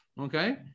Okay